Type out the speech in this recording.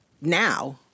now